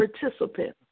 participants